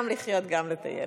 גם לחיות, גם לטייל.